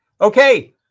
Okay